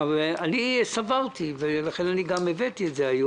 שאם אנחנו הולכים עם קופת חולים כללית על כל המהלך,